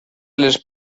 les